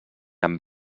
amb